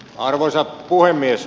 arvoisa puhemies